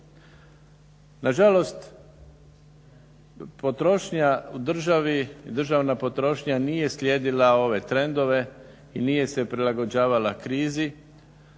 Nažalost potrošnja u državi, državna potrošnja nije slijedila trendove i nije se prilagođavala krizi,